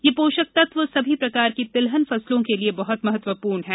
यह पोषक तत्व सभी प्रकार की तिलहन फसलों के लिए बहत महत्वपूर्ण है